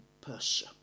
Persia